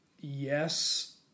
Yes